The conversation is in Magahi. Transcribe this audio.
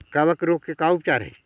कबक रोग के का उपचार है?